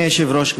אדוני היושב-ראש,